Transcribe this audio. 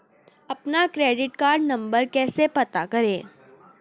अपना credit card number कैसे पता करें?